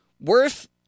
worth